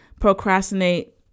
procrastinate